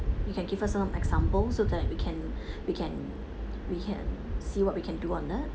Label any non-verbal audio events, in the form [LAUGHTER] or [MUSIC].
you can give us some example so that we can [BREATH] we can we can see what we can do on it